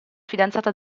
fidanzata